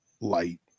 light